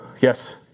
Yes